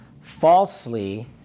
falsely